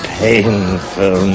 painful